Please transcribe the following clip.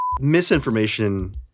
Misinformation